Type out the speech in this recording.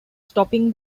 stopping